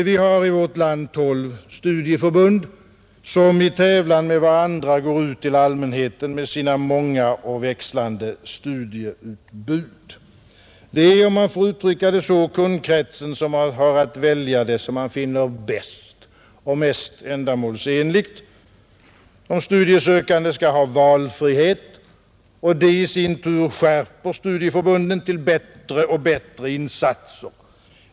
Vi har i vårt land tolv studieförbund som i tävlan med varandra går ut till allmänheten med sina många och växlande studieutbud. Det är, om jag får uttrycka det så, kundkretsen som har att välja det som man finner bäst och mest ändamålsenligt. De studiesökande skall ha valfrihet, och det i sin tur skärper studieförbunden till bättre och bättre insatser.